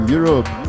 Europe